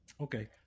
Okay